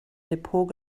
depot